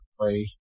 play